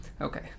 Okay